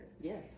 Yes